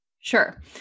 Sure